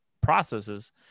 processes